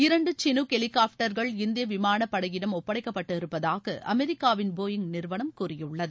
இரண்டு சினூக ஹெலிகாப்டர்கள் இந்திய விமானப்படையிடம் ஒப்படைக்கப்பட்டிருப்பதாக அமெரிக்காவின் போயிங் நிறுவனம் கூறியுள்ளது